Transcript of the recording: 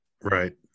Right